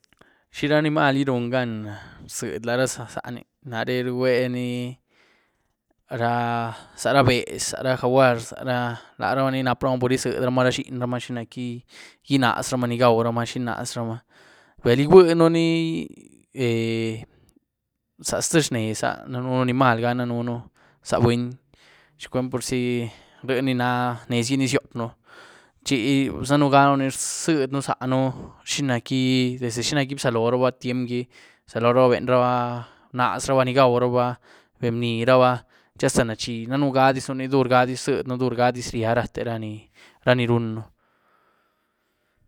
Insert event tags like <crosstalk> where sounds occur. ¿Xi ra anímalhgí run gan rzïed la ra zaání? Naré rgwení <hesitation> ra, za ra behz. za ra jaguar. za ra, laramaní napramaa pur gyiezedy ramaa la ra xienymaa xinac´gí gínazramaa ni gawramaa xi gínazramaa. Bal iweën ni <hesitation> za ztïe zhés áh, daën anímalhganí daën za buny, xi cuen purzi rïéni na, nezgí ni ziopën chi daën ni rziedën zaáhën xinac´gí-desde xinac´gí bzalorubaa tyiemgí, bzalorubaa benrubaa, mnazrubaa ni gwaurabaa, bebnírabaa chi hasta nachih daën gadizën ni durgadiz rziedën, durgadiz ryáh rate ra ni runën.